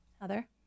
Heather